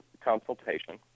consultation